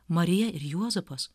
marija ir juozapas